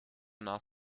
nach